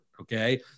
Okay